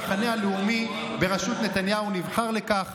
המחנה הלאומי בראשות נתניהו נבחר לכך.